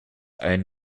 own